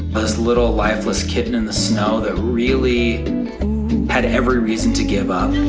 this little, lifeless kitten in the snow, that really had every reason to give up.